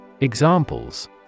Examples